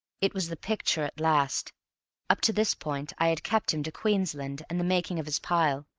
it was the picture at last up to this point i had kept him to queensland and the making of his pile.